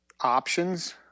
options